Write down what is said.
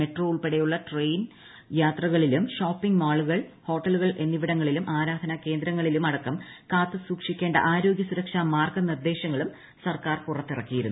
metro ഉൾപ്പെടെയുള്ള train യാത്രകളിലും shopping മാളുകൾ ഹോട്ടലുകൾ എന്നിവിടങ്ങളിലും ആരാധനാ കേന്ദ്രങ്ങളിലും അടക്കം കാത്തുസൂക്ഷിക്കേണ്ട ആരോഗ്യ സുരക്ഷാ മാർഗ്ഗനിർദ്ദേശങ്ങളും സർക്കാർ പുറത്തിറക്കിയിരുന്നു